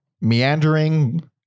meandering